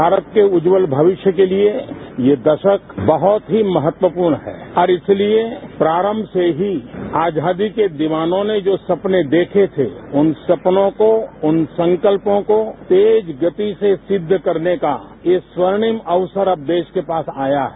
भारत के उज्ज्वल भविष्य के लिए ये दशक बहुत ही महत्वपूर्ण है और इसलिए प्रारंभ से ही आजादी के दीवानों ने जो सपने देखे थे उन सपनों को उन संकल्पों को तेज गति से सिद्व करने का ये स्वर्णिम अवसर अब देश के पास आया है